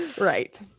right